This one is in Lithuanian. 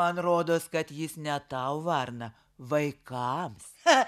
man rodos kad jis ne tau varna vaikams